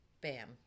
bam